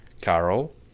carol